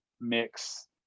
mix